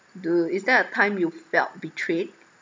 do is there a time you felt betrayed